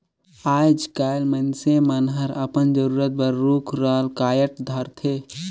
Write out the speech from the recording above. आयज कायल मइनसे मन हर अपन जरूरत बर रुख राल कायट धारथे